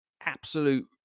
absolute